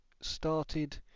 started